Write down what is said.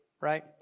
Right